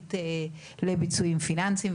תאגידית לביצועים פיננסיים.